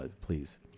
please